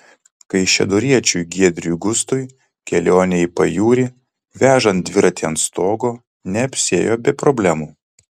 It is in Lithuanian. kaišiadoriečiui giedriui gustui kelionė į pajūrį vežant dviratį ant stogo neapsiėjo be problemų